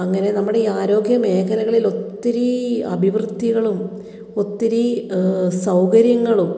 അങ്ങനെ നമ്മുടെ ഈ ആരോഗ്യ മേഖലകളിൽ ഒത്തിരി അഭിവ്യദ്ധികളും ഒത്തിരി സൗകര്യങ്ങളും